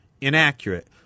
inaccurate